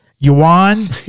Yuan